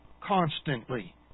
constantly